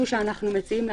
היא אמרה, לכן צריך --- לא,